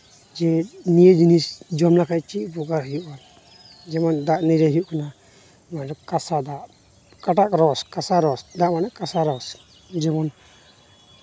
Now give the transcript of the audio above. ᱡᱮ ᱱᱤᱭᱟᱹ ᱡᱤᱱᱤᱥ ᱡᱚᱢ ᱞᱮᱠᱷᱟᱱ ᱪᱮᱫ ᱩᱯᱚᱠᱟᱨ ᱦᱩᱭᱩᱜᱼᱟ ᱡᱮᱢᱚᱱ ᱫᱟᱜ ᱱᱤᱨᱟᱹᱭ ᱦᱩᱭᱩᱜ ᱠᱟᱱᱟ ᱡᱮᱢᱚᱱ ᱠᱟᱸᱥᱟ ᱫᱟᱜ ᱚᱠᱟᱴᱟᱜ ᱨᱚᱥ ᱠᱟᱸᱥᱟ ᱨᱚᱥ ᱫᱟᱜ ᱢᱟᱱᱮ ᱠᱟᱸᱥᱟ ᱨᱚᱥ ᱡᱮᱢᱚᱱ